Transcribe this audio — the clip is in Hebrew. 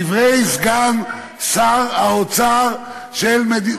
דברי סגן שר האוצר של מדינת,